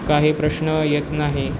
काही प्रश्न येत नाही